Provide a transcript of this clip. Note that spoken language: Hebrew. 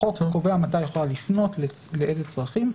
החוק קובע מתי היא יכולה לפנות ולאיזה צרכים,